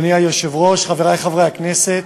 אדוני היושב-ראש, חברי חברי הכנסת,